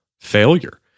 failure